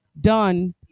done